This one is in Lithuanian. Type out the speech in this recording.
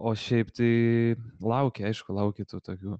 o šiaip tai lauki aišku lauki tų tokių